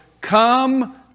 Come